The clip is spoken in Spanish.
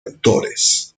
autores